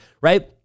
right